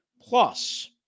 plus